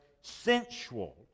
sensual